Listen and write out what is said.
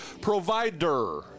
Provider